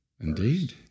Indeed